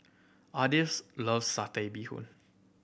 Ardith loves Satay Bee Hoon